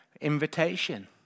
Invitation